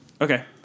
Okay